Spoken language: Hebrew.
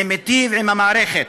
זה מיטיב עם המערכת.